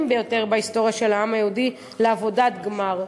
ביותר בהיסטוריה של העם היהודי לעבודת גמר.